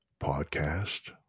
podcast